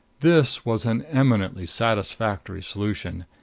this was an eminently satisfactory solution,